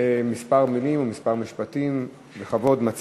כמה מילים או כמה משפטים,